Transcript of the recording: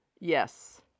yes